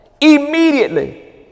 immediately